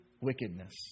wickedness